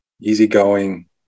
easygoing